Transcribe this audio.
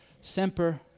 Semper